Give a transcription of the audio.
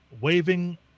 waving